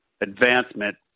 advancement